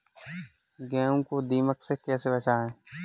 गेहूँ को दीमक से कैसे बचाएँ?